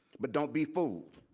but don't be fooled.